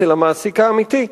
אצל המעסיק האמיתי.